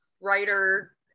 writer